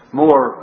more